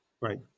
Right